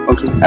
Okay